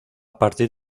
partir